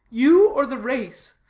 you, or the race?